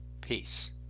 Peace